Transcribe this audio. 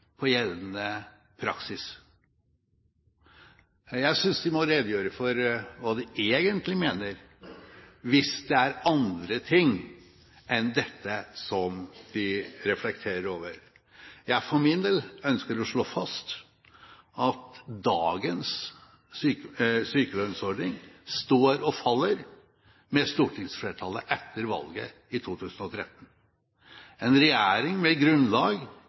på gjeldende praksis? Jeg synes de må redegjøre for hva de egentlig mener, hvis det er andre ting enn dette som de reflekterer over. Jeg for min del ønsker å slå fast at dagens sykelønnsordning står og faller med stortingsflertallet etter valget i 2013. En regjering med grunnlag